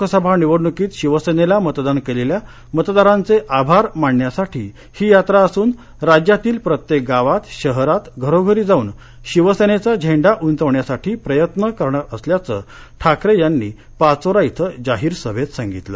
लोकसभा निवडणुकीत शिवसेनेला मतदान केलेल्या मतदारांचे आभार मानण्यासाठी ही यात्रा असून राज्यातील प्रत्येक गावात शहरात घरोघरी जाऊन शिवसेनेचा झेंडा उंचावण्यासाठी प्रयत्न करणार असल्याचं ठाकरे यांनी पाचोरा इथं जाहीर सभेत सांगितलं